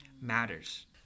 matters